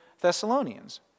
Thessalonians